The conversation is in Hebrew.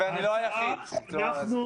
אני לא היחיד שלא הבין את העמדה.